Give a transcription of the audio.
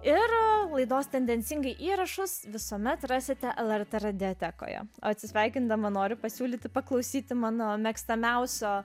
ir laidos tendencingai įrašus visuomet rasite lrt radiotekoje atsisveikindama noriu pasiūlyti paklausyti mano mėgstamiausio